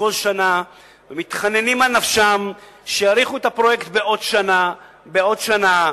כל שנה ומתחננים על נפשם שיאריכו את הפרויקט בעוד שנה ובעוד שנה.